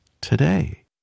today